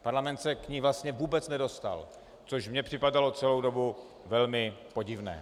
Parlament se k ní vlastně vůbec nedostal, což mně připadalo celou dobu velmi podivné.